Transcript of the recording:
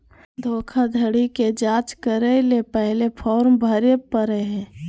धोखाधड़ी के जांच करय ले पहले फॉर्म भरे परय हइ